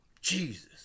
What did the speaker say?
Jesus